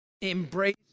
Embrace